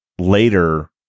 later